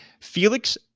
Felix